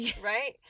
right